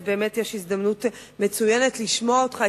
אז באמת יש הזדמנות מצוינת לשמוע אותך,